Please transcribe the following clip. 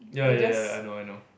ya ya ya I know I know